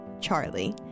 Charlie